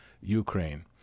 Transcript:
Ukraine